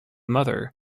mother